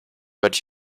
but